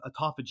autophagy